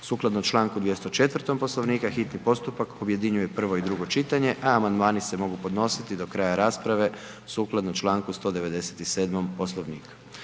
Sukladno članku 204. Poslovnika hitni postupak objedinjuje prvo i drugo čitanje i amandmani se mogu podnositi do kraja rasprave temeljem članka 197. Poslovnika